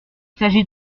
s’agit